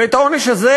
ואת העונש הזה,